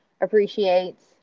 Appreciates